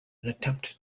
attempt